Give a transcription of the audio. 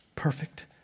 perfect